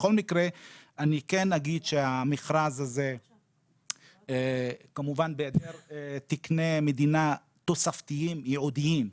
בכל מקרה אני כן אגיד שהמכרז הזה בהיעדר תקני מדינה תוספתיים ייעודיים,